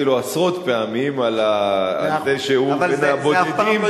לו עשרות פעמים על זה שהוא בין הבודדים,